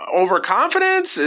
overconfidence